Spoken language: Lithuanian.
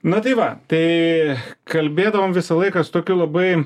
na tai va tai kalbėdavom visą laiką su tokiu labai